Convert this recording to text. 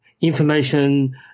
information